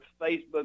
Facebook